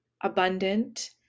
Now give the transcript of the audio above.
abundant